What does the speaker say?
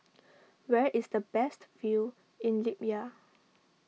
where is the best view in Libya